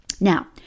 Now